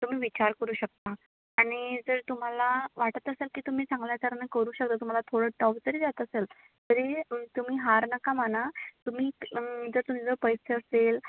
तुम्ही विचार करू शकता आणि जर तुम्हाला वाटत असेल की तुम्ही चांगल्या कारण करू शकता तुम्हाला थोडं टफ जरी जात असेल तरी तुम्ही हार नका माना तुम्ही जर तुम्ही जर पैसे असेल